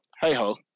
hey-ho